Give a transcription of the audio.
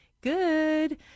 good